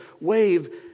wave